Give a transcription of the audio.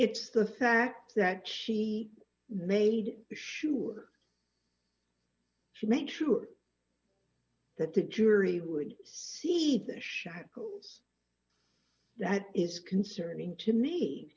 it's the fact that she made sure that she made sure that the jury would see the shackles that is concerning to me